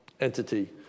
entity